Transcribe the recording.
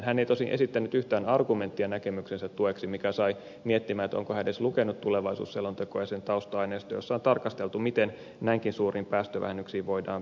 hän ei tosin esittänyt yhtään argumenttia näkemyksensä tueksi mikä sai miettimään onko hän edes lukenut tulevaisuusselontekoa ja sen tausta aineistoa jossa on tarkasteltu miten näinkin suuriin päästövähennyksiin voidaan päästä